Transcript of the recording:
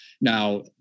Now